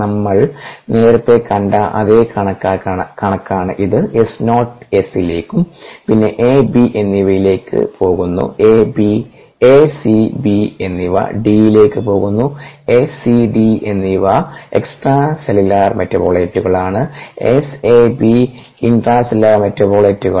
നമ്മൾ നേരത്തെ കണ്ട അതേ കണക്കാണ് ഇത് S naught Sലേക്കും പിന്നെ എ ബി എന്നിവയിലേക്ക് പോകുന്നു A C B എന്നിവ D ലേക്ക് പോകുന്നു SCDഎന്നിവ എക്സ്ട്രാ സെല്ലുലാർ മെറ്റബോളിറ്റുകളാണ് SAB ഇൻട്രാ സെല്ലുലാർ മെറ്റബോളിറ്റുകൾ